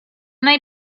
they